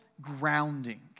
grounding